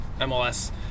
MLS